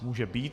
Může být.